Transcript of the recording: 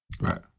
Right